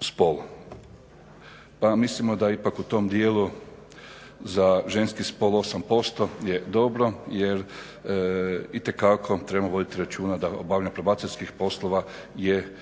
spol. Pa mislimo da ipak u tom dijelu za ženski spol 8% je dobro jer itekako trebamo voditi računa da obavljanje probacijskih poslova je